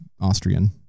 Austrian